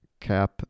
cap